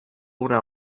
una